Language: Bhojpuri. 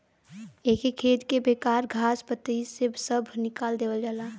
एके खेत के बेकार घास पतई से सभ निकाल देवल जाला